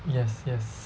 yes yes